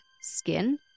skin